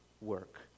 work